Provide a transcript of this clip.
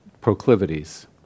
proclivities